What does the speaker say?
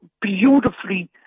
beautifully